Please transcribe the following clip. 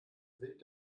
wild